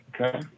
Okay